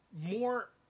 more